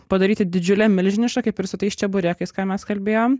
padaryti didžiule milžiniška kaip ir su tais čeburekais ką mes kalbėjom